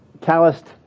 calloused